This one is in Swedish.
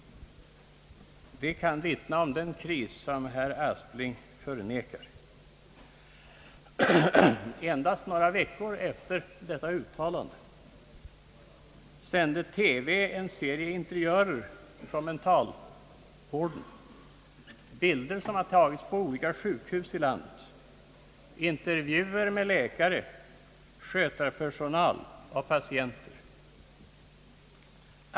De kan vittna om den kris som statsrådet Aspling förnekar. Endast några veckor efter detta uttalande sände TV en serie interiörer från mentalsjukvården, bilder som tagits på olika sjukhus i landet, intervjuer med läkare, sjukvårdspersonal och patienter.